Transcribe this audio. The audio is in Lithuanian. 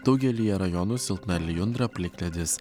daugelyje rajonų silpna lijundra plikledis